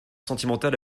sentimentale